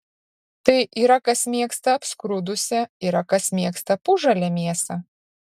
tai yra kas mėgsta apskrudusią yra kas mėgsta pusžalę mėsą